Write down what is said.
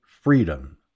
freedom